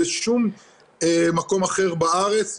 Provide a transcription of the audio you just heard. בשום מקום אחר בארץ,